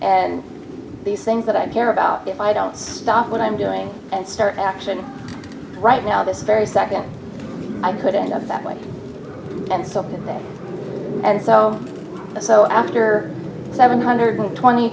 and these things that i care about if i don't stop what i'm doing and start action right now this very second i could end up that way and so and so so after seven hundred twenty